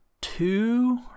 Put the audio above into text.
two